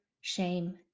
shame